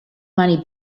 money